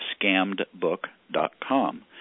scammedbook.com